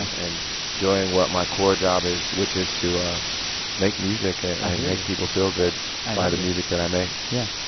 and doing what my core job is, which is to ah make music and make people feel good by the music that i make yeah.